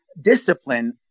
discipline